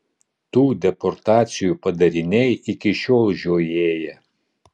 tų deportacijų padariniai iki šiol žiojėja